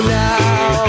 now